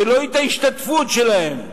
ולא את ההשתתפות שלהם,